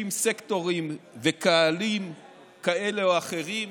לעיתים סקטורים וקהלים כאלה או אחרים